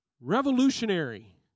revolutionary